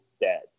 dead